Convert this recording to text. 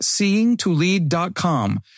seeingtolead.com